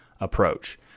approach